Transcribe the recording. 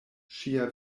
ŝia